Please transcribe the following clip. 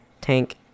tank